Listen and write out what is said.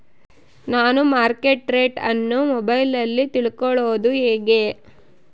ನಾವು market rate ಅನ್ನು ಮೊಬೈಲಲ್ಲಿ ತಿಳ್ಕಳೋದು ಹೇಗೆ?